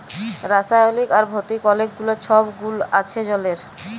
রাসায়লিক আর ভতিক অলেক গুলা ছব গুল আছে জলের